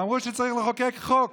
ואמרו שצריך לחוקק חוק.